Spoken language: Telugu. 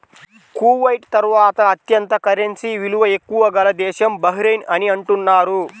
కువైట్ తర్వాత అత్యంత కరెన్సీ విలువ ఎక్కువ గల దేశం బహ్రెయిన్ అని అంటున్నారు